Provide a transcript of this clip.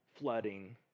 flooding